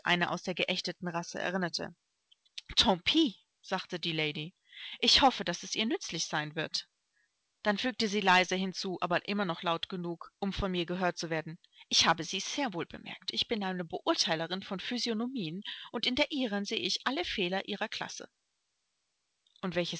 einer aus der geächteten race erinnerte tant pis sagte die lady ich hoffe daß es ihr nützlich sein wird dann fügte sie leise hinzu aber immer noch laut genug um von mir gehört zu werden ich habe sie sehr wohl bemerkt ich bin eine beurteilerin von physiognomien und in der ihren sehe ich alle fehler ihrer klasse und welches